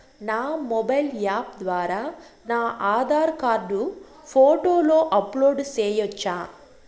నా mobile app ద్వారా నా ఆధార్ కార్డు ఫోటోను అప్లోడ్ సేయొచ్చా?